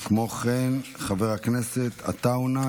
כמו כן, חבר הכנסת יוסף עטאונה.